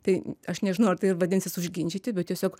tai aš nežinau ar tai vadinsis užginčyti bet tiesiog